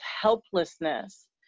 helplessness